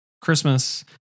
Christmas